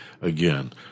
Again